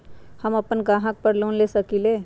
हम अपन गहना पर लोन ले सकील?